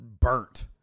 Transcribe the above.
burnt